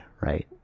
right